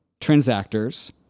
transactors